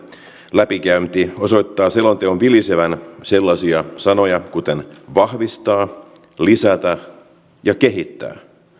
läpikäynti osoittaa selonteon vilisevän sellaisia sanoja kuten vahvistaa lisätä ja kehittää